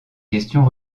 questions